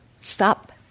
stop